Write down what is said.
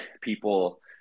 people